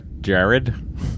Jared